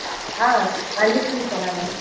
ஆ ஆ வந்துடுச்சின்னு சொன்னாங்க